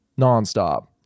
nonstop